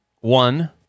One